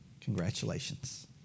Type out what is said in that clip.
Congratulations